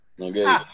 Okay